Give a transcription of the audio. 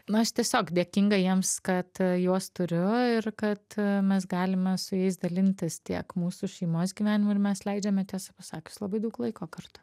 na aš tiesiog dėkinga jiems kad juos turiu ir kad mes galime su jais dalintis tiek mūsų šeimos gyvenimu ir mes leidžiame tiesą pasakius labai daug laiko kartu